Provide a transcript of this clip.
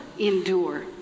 endure